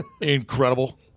Incredible